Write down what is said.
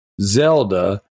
Zelda